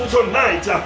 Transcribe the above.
Tonight